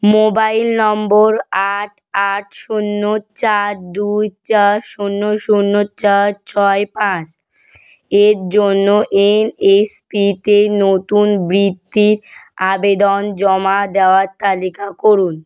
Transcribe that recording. mobile number আট আট শূন্য চার দুই চার শূন্য শূন্য চার ছয় পাঁচ এর জন্য এন এস পি তে নতুন বৃত্তির আবেদন জমা দেওয়ার তালিকা করুন